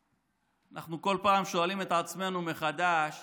אנחנו כל פעם שואלים את עצמנו מחדש